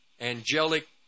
angelic